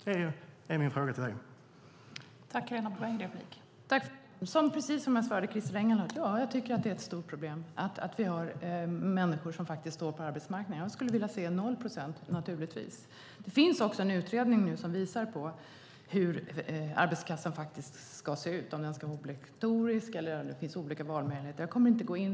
Det är min fråga till dig, Helena Bouveng.